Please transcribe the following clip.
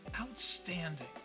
outstanding